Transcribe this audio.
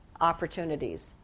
opportunities